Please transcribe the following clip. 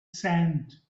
sand